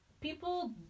people